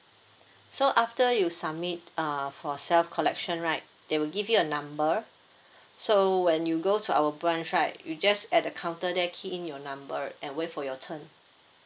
so after you submit uh for self collection right they will give you a number so when you go to our branch right you just at the counter there key in your number and wait for your turn